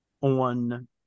on